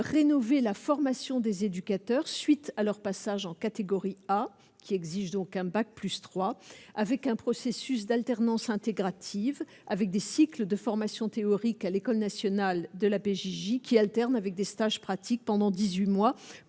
rénové, la formation des éducateurs suite à leur passage en catégorie A, qui exige donc un bac plus 3 avec un processus d'alternance intégrative avec des cycles de formation théorique à l'École nationale de la PJJ qui alternent avec des stages pratiques pendant 18 mois